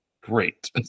great